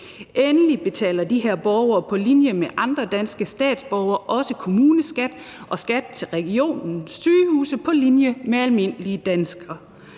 Endelig betaler de her borgere på linje med andre danske statsborgere også kommuneskat og skat til regionens sygehuse. Så hvorfor ikke være